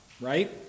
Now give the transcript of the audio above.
right